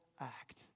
act